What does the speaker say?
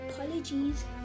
apologies